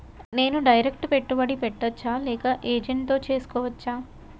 నేను డైరెక్ట్ పెట్టుబడి పెట్టచ్చా లేక ఏజెంట్ తో చేస్కోవచ్చా?